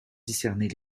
discerner